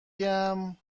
یکم